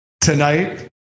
tonight